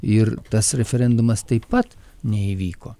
ir tas referendumas taip pat neįvyko